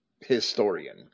historian